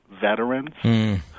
veterans